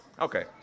Okay